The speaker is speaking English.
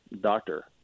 doctor